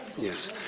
Yes